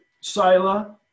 Sila